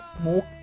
smoke